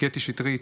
קטי שטרית,